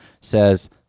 says